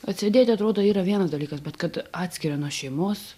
atsėdėti atrodo yra vienas dalykas bet kad atskiria nuo šeimos